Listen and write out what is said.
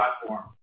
platform